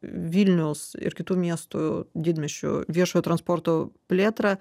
vilniaus ir kitų miestų didmiesčių viešojo transporto plėtrą